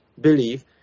believe